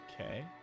Okay